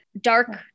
dark